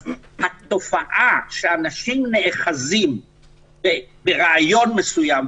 אז התופעה שאנשים נאחזים ברעיון מסוים,